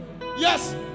yes